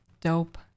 dope